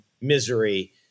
misery